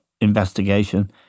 investigation